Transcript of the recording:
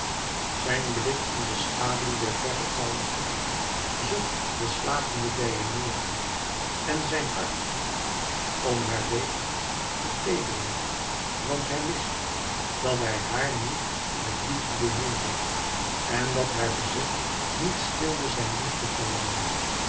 zijn blik in de schaduw der verdere tente zocht de slapende deianeira en zijn hart om haar week verteederde want hij wist dat hij haar niet met liefde beminde en dat haar bezit niet stilde zijn